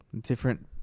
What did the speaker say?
Different